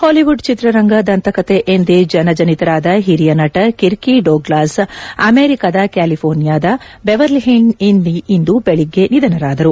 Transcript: Hollywood ಚಿತ್ರರಂಗದ ದಂತಕತೆ ಎಂದೇ ಜನಜನಿತರಾದ ಹಿರಿಯ ನಟ ಕಿರ್ಕಿ ಡೋಗ್ಲಾಸ್ ಅಮೆರಿಕದ ಕ್ಯಾಲಿಫೋರ್ನಿಯಾದ ಬೆವರ್ಲಿಹಿಲ್ಸ್ನಲ್ಲಿ ಇಂದು ಬೆಳಿಗ್ಗೆ ನಿಧನರಾದರು